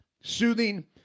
soothing